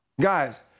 Guys